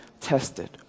tested